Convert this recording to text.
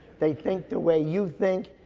they think the way you think.